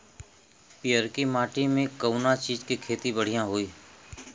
पियरकी माटी मे कउना चीज़ के खेती बढ़ियां होई?